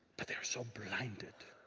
but they're so blinded,